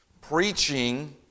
preaching